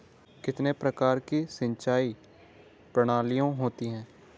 कितने प्रकार की सिंचाई प्रणालियों होती हैं?